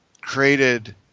created